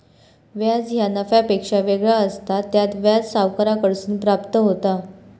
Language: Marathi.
व्याज ह्या नफ्यापेक्षा वेगळा असता, त्यात व्याज सावकाराकडसून प्राप्त होता